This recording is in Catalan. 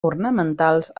ornamentals